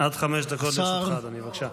עד חמש דקות לרשותך, אדוני, בבקשה.